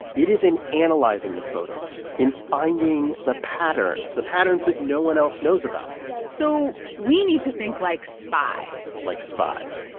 it is in analyzing the photos, in finding the patterns, the patterns that no one else knows about so we need to think like spies like spies.